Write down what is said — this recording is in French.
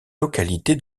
localités